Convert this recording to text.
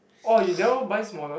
orh you never buy smaller